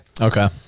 okay